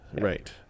right